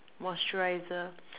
moisturizer